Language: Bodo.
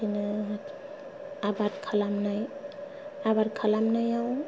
बिदिनो आबाद खालामनाय आबाद खालामनायाव